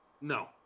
No